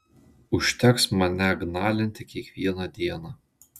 užteks mane gnalinti kiekvieną dieną